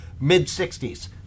mid-60s